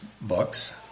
books